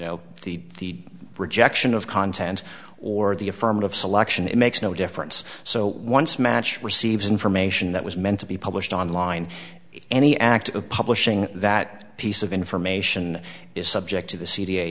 know the rejection of content or the affirmative selection it makes no difference so once match receives information that was meant to be published online any act of publishing that piece of information is subject to the c